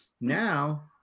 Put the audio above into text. Now